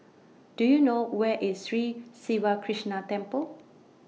Do YOU know Where IS Sri Siva Krishna Temple